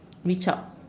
reach out